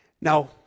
Now